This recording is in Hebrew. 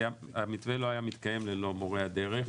המתווה לא היה מתקיים ללא מורי הדרך.